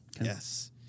Yes